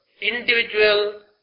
individual